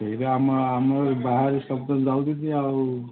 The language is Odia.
ସେଇଟା ଆମ ଆମର ବାହାରେ ସବୁ ତ ଯାଉଛନ୍ତି ଆଉ